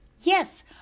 Yes